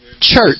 church